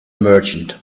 merchant